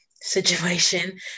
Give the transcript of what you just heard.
situation